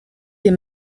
des